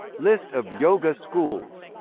list of yoga schools